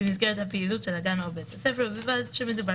במסגרת הפעילות של הגן או בית הספר ובלבד שמדובר